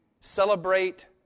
celebrate